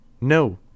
No